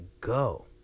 go